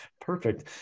perfect